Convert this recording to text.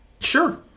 Sure